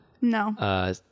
No